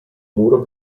muro